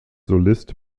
solist